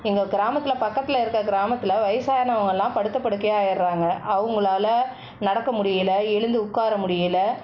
எங்கள் கிராமத்தில் பக்கத்தில் இருக்கற கிராமத்தில் வயதானவங்கள்லாம் படுத்த படுக்கையை ஆகிட்றாங்க அவங்களால நடக்க முடியல எழுந்து உட்கார முடியல